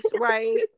right